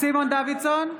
סימון דוידסון,